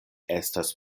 estas